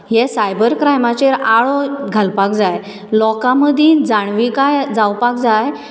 हे सायबर क्रायमाचेर आळो घालपाक जाय लोकां मदीं जाणविकाय जावपाक जाय